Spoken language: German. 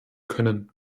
können